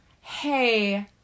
hey